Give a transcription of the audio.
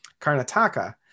Karnataka